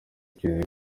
twizeye